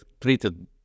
treated